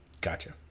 Gotcha